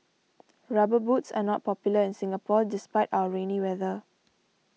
rubber boots are not popular in Singapore despite our rainy weather